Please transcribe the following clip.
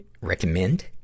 recommend